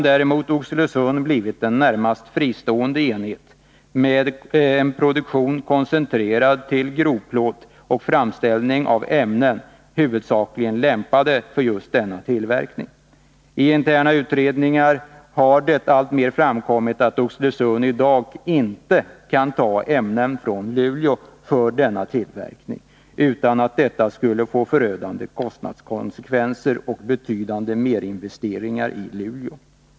Däremot har Oxelösund blivit en närmast fristående enhet med produktion koncentrerad till grovplåt och framställning av ämnen som huvudsakligen är lämpade för just denna tillverkning. I interna utredningar har det alltmer framkommit att Oxelösund idaginte kan ta ämnen från Luleå för denna tillverkning utan att det skulle bli förödande kostnadsökningar och leda till betydande merinvesteringar i Luleå.